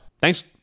Thanks